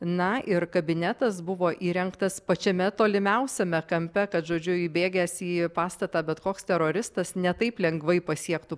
na ir kabinetas buvo įrengtas pačiame tolimiausiame kampe kad žodžiu įbėgęs į pastatą bet koks teroristas ne taip lengvai pasiektų